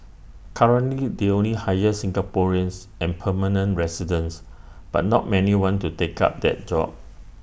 currently they only hire Singaporeans and permanent residents but not many want to take up that job